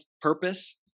purpose